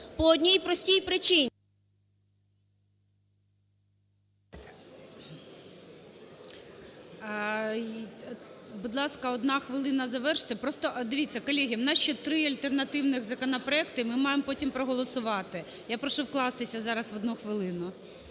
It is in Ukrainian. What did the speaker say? по одній простій причині…